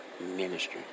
ministry